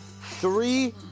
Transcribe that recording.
Three